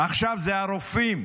עכשיו זה הרופאים.